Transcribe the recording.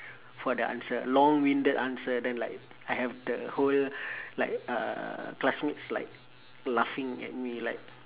for the answer long winded answer then like I have the whole like uh classmates like laughing at me like